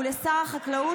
ולשר החקלאות,